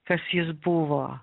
kas jis buvo